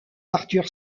arthur